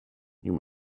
you